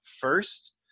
first